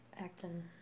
acting